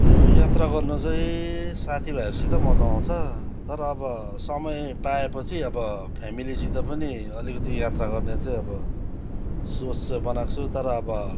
यो यात्रा गर्न चाहिँ साथीभाइहरूसित मजा आउँछ तर अब समय पाएपछि अब फ्यामिलीसित पनि अलिकति यात्रा गर्ने चाहिँ अब सोच चाहिँ बनाएको छु तर अब